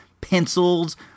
pencils